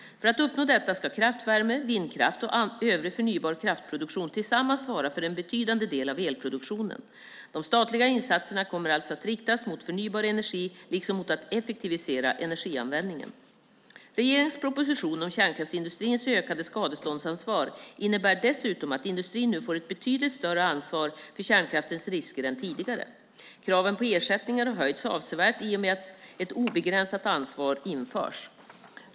För att uppnå detta ska kraftvärme, vindkraft och övrig förnybar kraftproduktion tillsammans svara för en betydande del av elproduktionen. De statliga insatserna kommer alltså att riktas till förnybar energi, liksom till att effektivisera energianvändningen. Regeringens proposition om kärnkraftsindustrins ökade skadeståndsansvar innebär dessutom att industrin nu får ta ett betydligt större ansvar för kärnkraftens risker än tidigare. Kraven på ersättning har höjs avsevärt i och med att ett obegränsat ansvar införs.